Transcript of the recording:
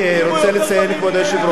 אני קורא לך פעם שנייה.